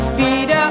wieder